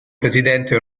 presidente